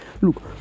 look